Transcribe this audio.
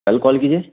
کل کال کیجیے